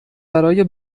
برای